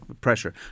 pressure